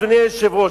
אדוני היושב-ראש,